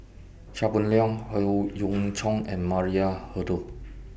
Chia Boon Leong Howe Yoon Chong and Maria Hertogh